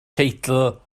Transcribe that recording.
teitl